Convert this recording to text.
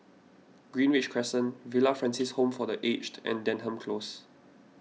Greenridge Crescent Villa Francis Home for the Aged and Denham Close